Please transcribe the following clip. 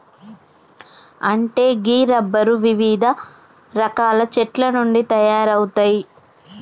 అంటే గీ రబ్బరు వివిధ రకాల చెట్ల నుండి తయారవుతాయి